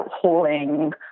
hauling